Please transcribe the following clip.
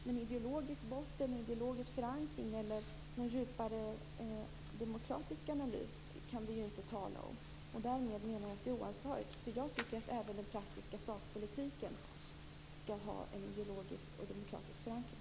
Men det går inte att tala om någon ideologisk förankring eller djupare demokratisk analys. Därmed menar jag att det är oansvarigt. Jag tycker att även den praktiska sakpolitiken skall ha en ideologisk och demokratisk förankring.